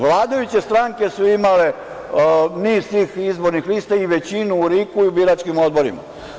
Vladajuće stranke su imale niz tih izbornih lista i većinu u RIK-u i biračkim odborima.